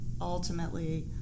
ultimately